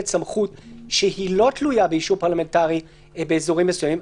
סמכות שלא תלויה באישור פרלמנטרי באזורים מסוימים.